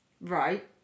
Right